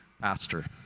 pastor